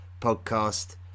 podcast